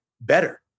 better